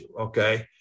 okay